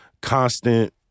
constant